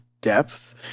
depth